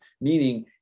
meaning